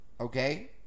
Okay